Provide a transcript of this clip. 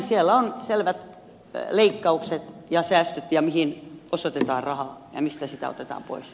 siellä on selvät leikkaukset ja säästöt mihin osoitetaan rahaa ja mistä sitä otetaan pois